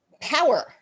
power